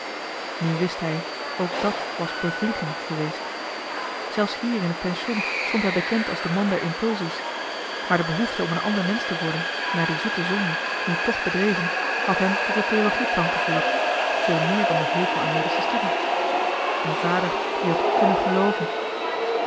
nu wist hij ook dat was bevlieging geweest zelfs hier in het pension stond hij bekend als de man der impulsies maar de behoefte om een ander mensch te worden na die zoete zonde nu tch bedreven had hem tot het theologieplan gevoerd veel meer dan de hekel aan medische studie en vader die had kunnen gelooven